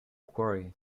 query